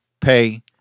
pay